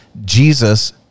Jesus